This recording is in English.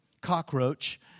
cockroach